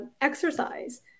exercise